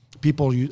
people